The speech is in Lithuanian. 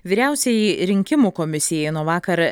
vyriausiajai rinkimų komisijai nuo vakar